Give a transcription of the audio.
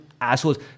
assholes